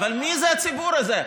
אבל מי זה "הציבור הזה"?